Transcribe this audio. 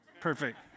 Perfect